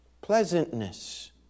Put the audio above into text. Pleasantness